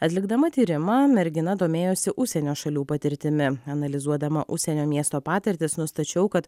atlikdama tyrimą mergina domėjosi užsienio šalių patirtimi analizuodama užsienio miesto patirtis nustačiau kad